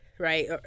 Right